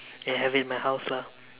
that I have it in my house lah